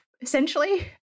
essentially